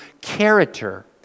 character